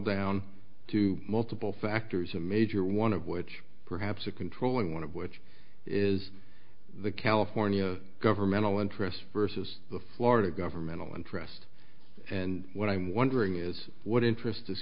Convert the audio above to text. down to multiple factors a major one of which perhaps a controlling one of which is the california governmental interest versus the florida governmental interest and what i'm wondering is what interest